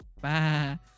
bye